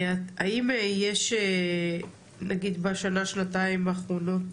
האם יש נגיד בשנה שנתיים האחרונות,